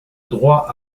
droit